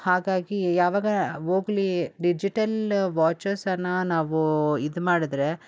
ಹಾಗಾಗಿ ಯಾವಾಗ ಹೋಗ್ಲಿ ಡಿಜಿಟಲ್ ವಾಚಸನ್ನು ನಾವು ಇದ್ಮಾಡಿದ್ರೆ